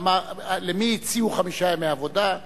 למי הציעו חמישה ימי עבודה.